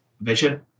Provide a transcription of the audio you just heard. vision